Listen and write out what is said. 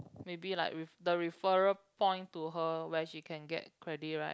maybe like re~ the referral point to her where she can get credit right